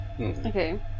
okay